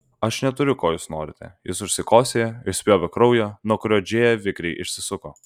aš neturiu ko jūs norite jis užsikosėjo išspjovė kraują nuo kurio džėja vikriai išsisuko